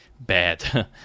bad